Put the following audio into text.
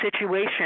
situation